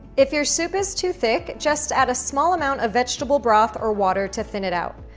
if your soup is too thick, just add a small amount of vegetable broth or water to thin it out.